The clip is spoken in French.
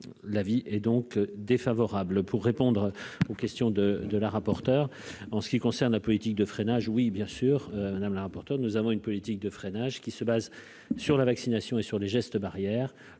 l'avis est donc défavorable pour répondre aux questions de de la rapporteure, en ce qui concerne la politique de freinage oui bien sûr madame la rapporteure, nous avons une politique de freinage qui se base sur la vaccination et sur les gestes barrières